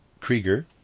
Krieger